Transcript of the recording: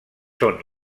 són